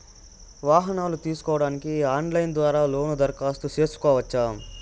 వాహనాలు తీసుకోడానికి ఆన్లైన్ ద్వారా లోను దరఖాస్తు సేసుకోవచ్చా?